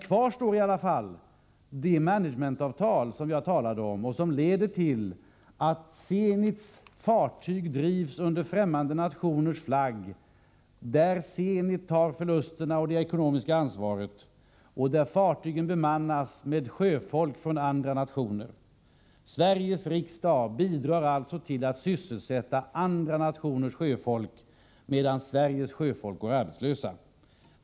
Kvar står i alla fall det management-avtal som jag talade om och som leder till att Zenits fartyg drivs under främmande nationers flagg, där Zenit tar förlusterna och det ekonomiska ansvaret och där fartygen bemannas med sjöfolk från andra nationer. Sveriges riksdag bidrar alltså till att sysselsätta andra nationers sjöfolk, medan svenskt sjöfolk går utan arbete.